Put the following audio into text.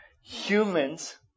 humans